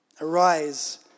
Arise